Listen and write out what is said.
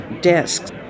desks